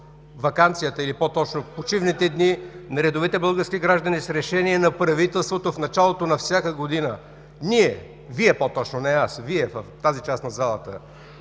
ваканцията, или по-точно почивните дни на редовите български граждани с решение на правителството в началото на всяка година. Ние, по-точно Вие, не аз, а Вие в тази част на залата